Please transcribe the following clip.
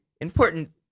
important